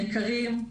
יקרים,